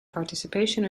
participation